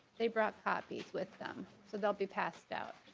they brought copies with them so they'll be passed out.